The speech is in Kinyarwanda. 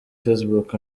facebook